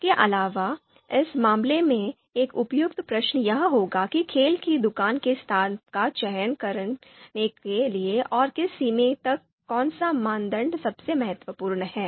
इसके अलावा इस मामले में एक उपयुक्त प्रश्न यह होगा कि खेल की दुकान के स्थान का चयन करने के लिए और किस सीमा तक कौन सा मानदंड सबसे महत्वपूर्ण है